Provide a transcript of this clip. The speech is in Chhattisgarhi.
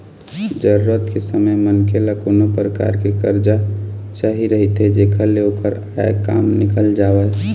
जरूरत के समे मनखे ल कोनो परकार के करजा चाही रहिथे जेखर ले ओखर आय काम निकल जावय